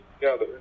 together